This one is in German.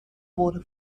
wurde